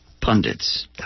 pundits